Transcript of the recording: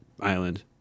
island